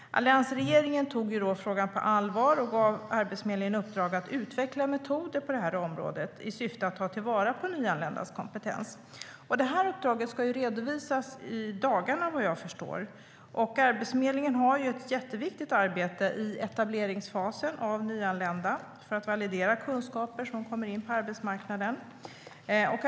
Alliansregeringen tog då frågan på allvar och gav Arbetsförmedlingen i uppdrag att utveckla metoder på detta område i syfte att ta till vara nyanländas kompetens. Detta uppdrag ska redovisas i dagarna, vad jag förstår. Arbetsförmedlingen har ett jätteviktigt arbete i etableringsfasen för nyanlända med att validera kunskaper som kan bli en tillgång på arbetsmarknaden.